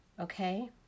Okay